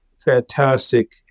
Fantastic